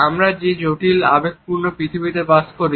আমরা যে জটিল আবেগপূর্ণ পৃথিবীতে বাস করি